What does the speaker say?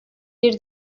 bir